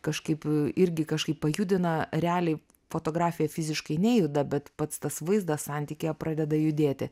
kažkaip irgi kažkaip pajudina realiai fotografija fiziškai nejuda bet pats tas vaizdas santykyje pradeda judėti